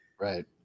Right